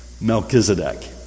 Melchizedek